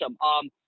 awesome